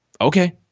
Okay